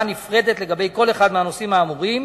נפרדת לגבי כל אחד מהנושאים האמורים,